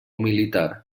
militar